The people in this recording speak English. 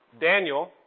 Daniel